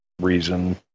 reason